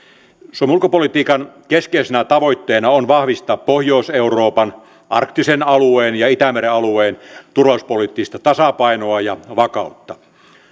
suomen ulkopolitiikan keskeisenä tavoitteena on vahvistaa pohjois euroopan arktisen alueen ja itämeren alueen turvallisuuspoliittista tasapainoa ja vakautta